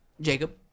Jacob